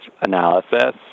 analysis